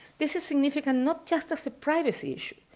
this is significant not just as a privacy issue,